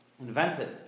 invented